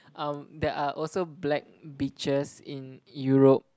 um there are also black beaches in Europe